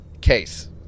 case